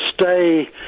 stay